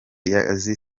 y’akazi